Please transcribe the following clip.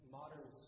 modern